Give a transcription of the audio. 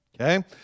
okay